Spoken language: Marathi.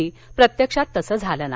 मात्र प्रत्यक्षात तसं झालं नाही